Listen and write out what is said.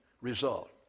result